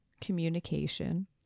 communication